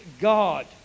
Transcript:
God